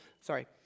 sorry